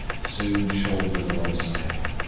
soon shouldered alongside him,